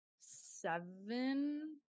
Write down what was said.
seven